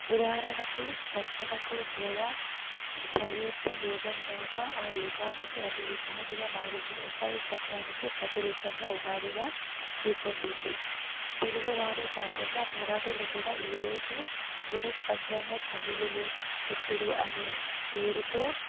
ఉదాహరణకు దక్షణకు ద్వయ సయోద్యం యోగం కాక ఆ యుగానికి అది ఉగాదిగా మారింది ఉగాది శబ్దానికి ప్రతిరూపంగా ఉగాదిగా రూపొందింది తెలుగు వారే కాకుండా మరాఠీలు కూడా ఈరోజు గుడిపడ్వంగా తమిళులు పుత్తుడు అని పేరుతో